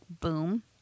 boom